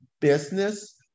business